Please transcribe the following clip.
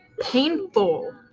painful